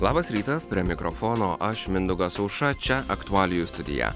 labas rytas prie mikrofono aš mindaugas aušra čia aktualijų studija